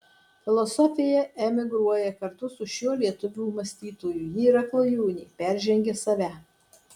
filosofija emigruoja kartu su šiuo lietuvių mąstytoju ji yra klajūnė peržengia save